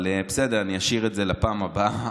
אבל בסדר, אני אשאיר את זה לפעם הבאה.